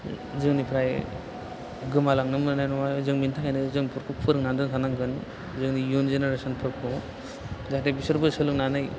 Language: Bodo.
जोंनिफ्राय गोमालांनो मोननाय नङा जों बेनि थाखायनो जों बेफोरखौ फोरोंनानै दोनखानांगोन जोंनि इयुन जेनेरेसनफोरखौ जाहाथे बिसोरबो सोलोंनानै